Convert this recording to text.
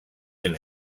del